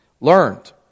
learned